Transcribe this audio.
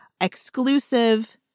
exclusive